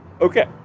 Okay